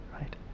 right